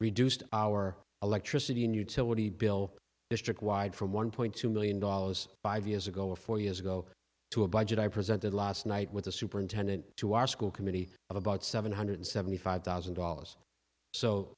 reduced our electricity and utility bill district wide from one point two million dollars five years ago or four years ago to a budget i presented last night with a superintendent to our school committee of about seven hundred seventy five thousand dollars so